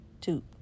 two